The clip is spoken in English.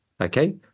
okay